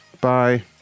Bye